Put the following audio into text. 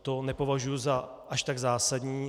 To nepovažuji za až tak zásadní.